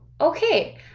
okay